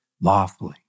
lawfully